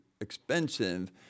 expensive